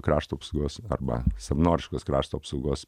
krašto apsaugos arba savanoriškos krašto apsaugos